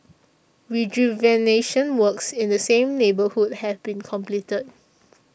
rejuvenation works in the same neighbourhood have been completed